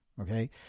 okay